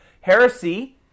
Heresy